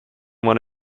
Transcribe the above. went